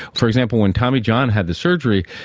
for example, when tommy john had the surgery,